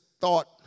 thought